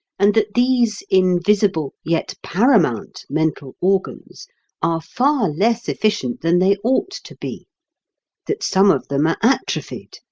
and that these invisible, yet paramount, mental organs are far less efficient than they ought to be that some of them are atrophied,